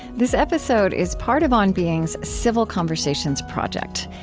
this episode is part of on being's civil conversations project,